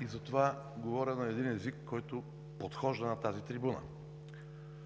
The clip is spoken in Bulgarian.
и затова говоря на един език, който подхожда на тази трибуна,